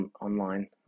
online